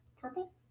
Purple